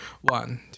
One